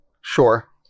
Sure